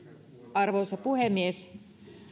arvoisa puhemies